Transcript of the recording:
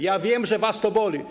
Ja wiem, że was to boli.